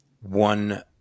one